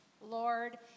Lord